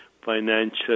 financial